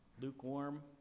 Lukewarm